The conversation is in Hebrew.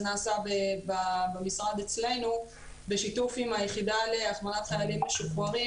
נעשה במשרד אצלנו בשיתוף עם היחידה להכוונת חיילים משוחררים